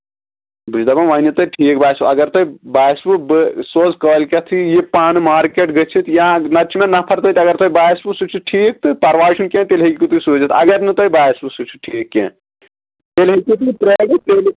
بہٕ چھُس دَپان وۄنۍ یہِ تۄہہِ ٹھیٖک باسیو اَگر تۄہہِ باسِوٕ بہٕ سوزٕ کٲلۍ کٮ۪تھٕے یہِ پانہٕ مارکیٹ گٔژھِتھ یا نہ تہٕ چھُ مےٚ نَفر تَتہِ اَگر تۄہہِ باسوٕ سُہ چھُ ٹھیٖک تہٕ پَرواے چھُنہٕ کیٚنہہ تیٚلہِ ہیٚکِو تُہۍ سوٗزِتھ اَگر نہٕ تۄہہِ باسوٕ سُہ چھُ ٹھیٖک کیٚنہہ تیٚلہِ ہیٚکِو تُہۍ پرٛٲرِتھ